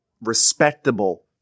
respectable